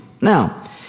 Now